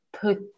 put